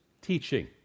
teaching